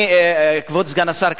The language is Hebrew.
כבוד סגן השר,